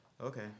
Okay